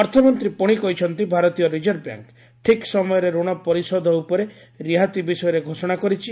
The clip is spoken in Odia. ଅର୍ଥମନ୍ତ୍ରୀ ପୁଣି କହିଛନ୍ତି ଭାରତୀୟ ରିଜର୍ଭ ବ୍ୟାଙ୍କ୍ ଠିକ୍ ସମୟରେ ଋଣ ପରିଷୋଧ ଉପରେ ରିହାତି ବିଷୟରେ ଘୋଷଣା କରିଛି